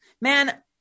man